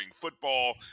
football